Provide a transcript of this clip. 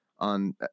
on